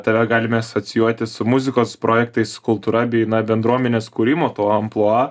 tave galime asocijuoti su muzikos projektais kultūra bei bendruomenės kūrimo tuo amplua